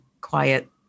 quiet